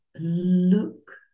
look